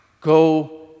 Go